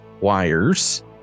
wires